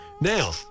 Now